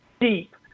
deep